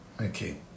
okay